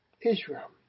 Israel